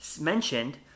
mentioned